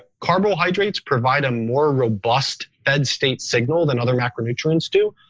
carbohydrates provide a more robust fed state signal than other macronutrients do.